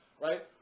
Right